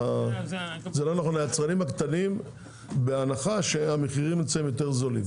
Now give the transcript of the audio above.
היצרנים הקטנים, בהנחה שהמחירים אצלם יותר זולים.